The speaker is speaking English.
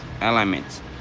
elements